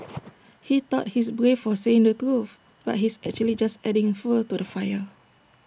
he thought he's brave for saying the truth but he's actually just adding fuel to the fire